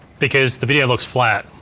because the video looks flat.